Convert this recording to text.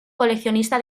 coleccionista